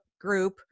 group